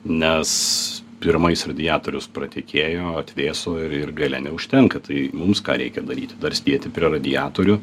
nes pirmais radiatorius pratekėjo atvėso ir ir gale neužtenka tai mums ką reikia daryti dar sudėti prie radiatorių